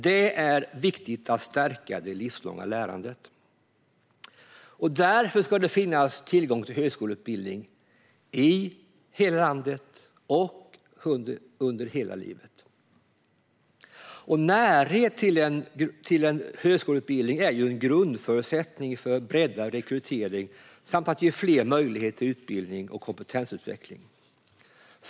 Det är viktigt att stärka det livslånga lärandet. Därför ska det finnas tillgång till högskoleutbildning i hela landet och under hela livet. Närhet till högskoleutbildning är en grundförutsättning för breddad rekrytering samt för att ge fler möjlighet till utbildning och kompetensutveckling.